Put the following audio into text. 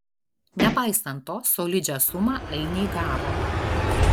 nepaisant to solidžią sumą ainiai gavo